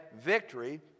victory